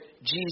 Jesus